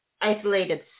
isolated